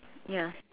ya